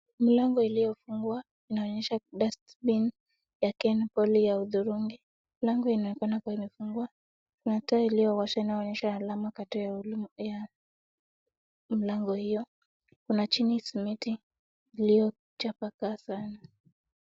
Mlango iliyofungwa inaonyesha dustbin ya Kenpoly ya udhurungi. Mlango inaonekana kuwa imefungwa. Kuna taa iliyowashwa na inaonyesha alama kati ya mlango hiyo. Kuna chini simiti iliyo chapaka sana.